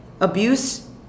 abuse